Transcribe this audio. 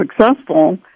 successful